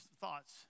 thoughts